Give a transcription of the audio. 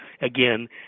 again